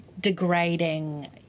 degrading